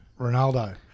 Ronaldo